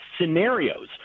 scenarios